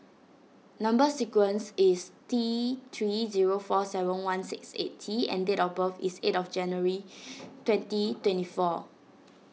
Number Sequence is T three zero four seven one six eight T and date of birth is eight of January twenty twenty four